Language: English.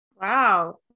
Wow